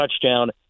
touchdown